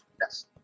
Yes